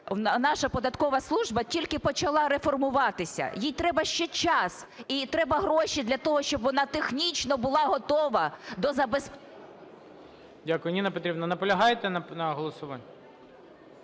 наша податкова служба тільки почала реформуватися, їй треба ще час і треба гроші для того, щоб вона технічно була готова до… ГОЛОВУЮЧИЙ. Дякую. Ніна Петрівна, наполягаєте на голосуванні?